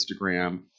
instagram